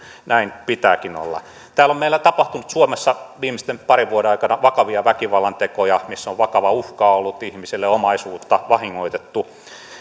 näin pitääkin olla täällä meillä suomessa on tapahtunut viimeisten parin vuoden aikana vakavia väkivallantekoja missä on vakava uhka ollut ihmisille omaisuutta vahingoitettu